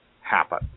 happen